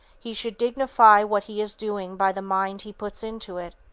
he should dignify what he is doing by the mind he puts into it,